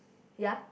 ya